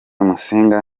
musinga